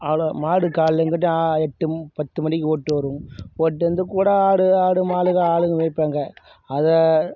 hello மாடு காலையில் இங்குட்டு எட்டும் பத்து மணிக்கு ஓட்டு வருவோம் ஓட்டு வந்து கூட ஆடு ஆடு நம்ம ஆளுக ஆளுங்க மேய்ப்பாங்க அத